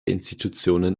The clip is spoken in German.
institutionen